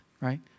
right